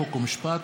חוק ומשפט,